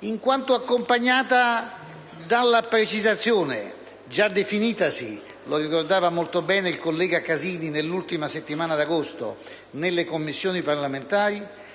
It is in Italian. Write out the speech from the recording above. in quanto accompagnata dalla precisazione, già definitasi - lo ricordava molto bene il collega Casini - nell'ultima settimana di agosto nelle Commissioni parlamentari,